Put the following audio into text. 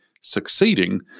succeeding